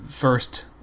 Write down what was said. first